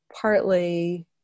partly